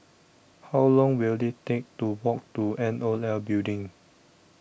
How Long Will IT Take to Walk to N O L Building